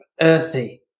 earthy